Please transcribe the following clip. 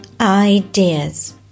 ideas